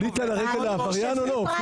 אתה עלית לרגל לעבריין או לא?